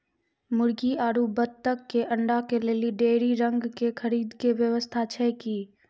मुर्गी आरु बत्तक के अंडा के लेली डेयरी रंग के खरीद के व्यवस्था छै कि?